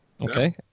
Okay